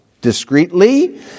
discreetly